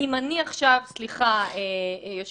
היום יש